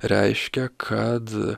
reiškia kad